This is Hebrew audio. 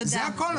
זה הכול.